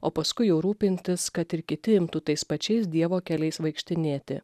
o paskui jau rūpintis kad ir kiti imtų tais pačiais dievo keliais vaikštinėti